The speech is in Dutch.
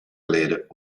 geleden